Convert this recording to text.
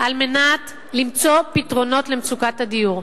על מנת למצוא פתרונות למצוקת הדיור,